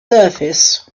surface